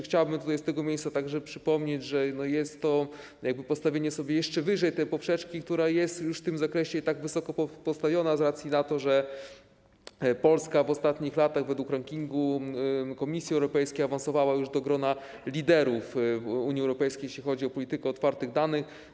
Chciałbym tutaj z tego miejsca przypomnieć, że jest to postawienie sobie jeszcze wyżej poprzeczki, która jest już w tym zakresie i tak wysoko postawiona z racji tego, że Polska w ostatnich latach według rankingu Komisji Europejskiej awansowała do grona liderów Unii Europejskiej, jeśli chodzi o politykę otwartych danych.